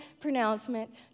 pronouncement